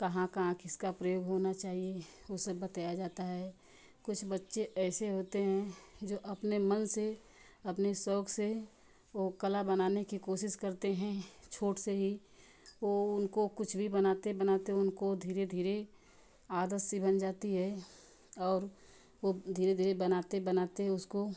कहाँ कहाँ किसका प्रयोग होना चाहिए ओ सब बताया जाता है कुछ बच्चे ऐसे होते हैं जो अपने मन से अपने शौक़ से वो कला बनाने की कोशिश करते हैं छोट से ही वो उनको कुछ भी बनाते बनाते उनको धीरे धीरे आदत सी बन जाती है और वो धीरे धीरे बनाते बनाते उसको